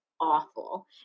awful